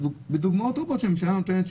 בדוגמאות רבות הממשלה נותנת שירותים.